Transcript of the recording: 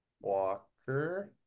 Walker